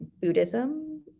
Buddhism